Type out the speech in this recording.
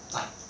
like